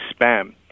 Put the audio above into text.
spam